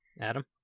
Adam